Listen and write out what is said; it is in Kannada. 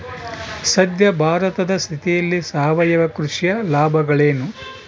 ಸದ್ಯ ಭಾರತದ ಸ್ಥಿತಿಯಲ್ಲಿ ಸಾವಯವ ಕೃಷಿಯ ಲಾಭಗಳೇನು?